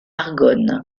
argonne